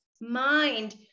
mind